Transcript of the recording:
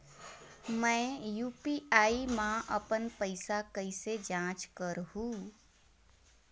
मैं यू.पी.आई मा अपन पइसा कइसे जांच करहु?